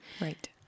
Right